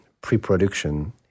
pre-production